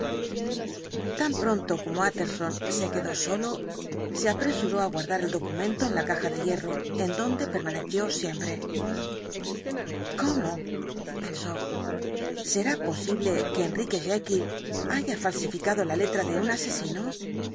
tan pronto como tjtterson se quedó solo se apresuró á guardar el documento en la caja de hierro en donde permaneció siempre cómo pensó será posible que enrique jekyll haya falsificado la letra de un asesino